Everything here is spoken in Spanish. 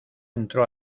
entró